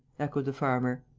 echoed the farmer.